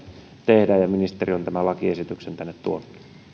tehdään ja ministeri on tämän lakiesityksen tänne tuonut